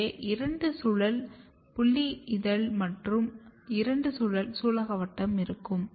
எனவே இரண்டு சுழல் புல்லி இதழ் மற்றும் இரண்டு சுழல் சூலகவட்டம் இருக்கும்